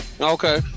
Okay